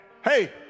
Hey